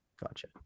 Gotcha